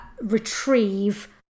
retrieve